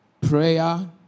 prayer